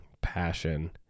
passion